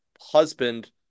husband